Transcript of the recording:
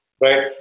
right